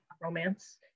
romance